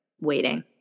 waiting